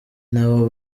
n’abo